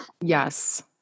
Yes